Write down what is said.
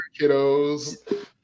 kiddos